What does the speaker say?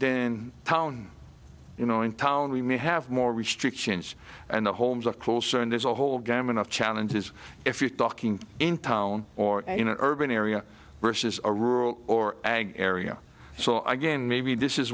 book you know in town we may have more restrictions and the homes of course and there's all whole gamut of challenges if you're talking in town or in an urban area versus a rural or ag area so i gain maybe this is